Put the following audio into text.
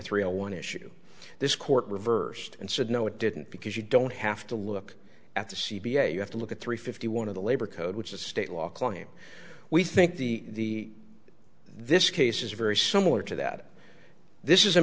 a one issue this court reversed and said no it didn't because you don't have to look at the c b i you have to look at three fifty one of the labor code which is state law claim we think the this case is very similar to that this is a